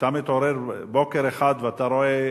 כשאתה מתעורר בוקר אחד ואתה רואה,